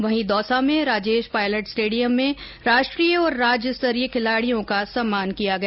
वहीं दौसा में राजेश पायलट स्टेडियम में राष्ट्रीय और राज्य स्तरीय खिलाड़ियों का सम्मान किया गया